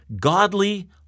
Godly